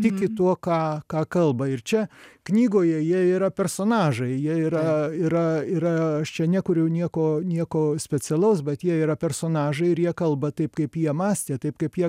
tiki tuo ką ką kalba ir čia knygoje jie yra personažai jie yra yra yra aš čia nekuriu nieko nieko specialaus bet jie yra personažai ir jie kalba taip kaip jie mąstė taip kaip jie